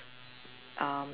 um